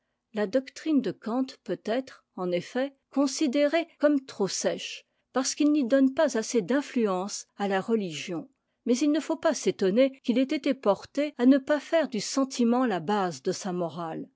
la doctrine de kant peut être en effet considérée comme trop sèche parce qu'il n'y donne pas assez d'influence à la religion mais il ne faut pas s'étonner qu'il ait été porté à ne pas faire du sentiment la base de sa morale